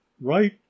right